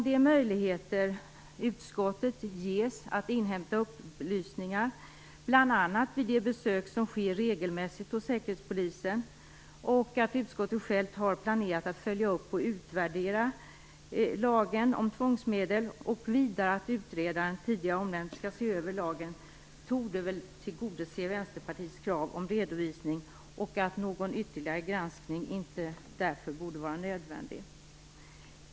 De möjligheter utskottet ges att inhämta upplysningar, bl.a. vid de besök som sker regelmässigt hos Säkerhetspolisen, det faktum att utskottet självt har planerat att följa upp och utvärdera lagen om tvångsmedel samt att utredaren som tidigare nämnts skall se över lagen torde väl tillgodose Vänsterpartiets krav om redovisning. Någon ytterligare granskning torde därför inte vara nödvändig.